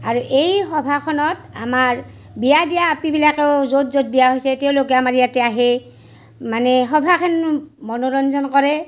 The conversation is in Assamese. আৰু এই সভাখনত আমাৰ বিয়া দিয়া আপিবিলাকেও য'ত য'ত বিয়া হৈছে তেওঁলোকে আমাৰ ইয়াতে আহে মানে সভাখন মনোৰঞ্জন কৰে